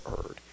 heard